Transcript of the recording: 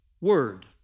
word